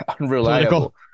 unreliable